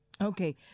Okay